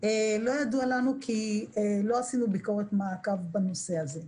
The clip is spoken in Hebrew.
לא ידוע לנו כי לא עשינו ביקורת מעקב בנושא הזה.